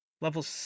level